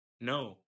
No